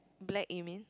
black it mean